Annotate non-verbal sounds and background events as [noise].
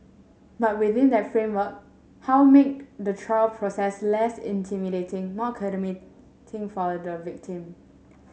but within that framework how make the trial process less intimidating more [unintelligible] for the victim